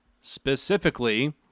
Specifically